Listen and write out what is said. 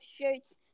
shirts